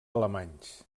alemanys